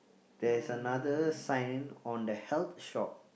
there is another sign on the health shop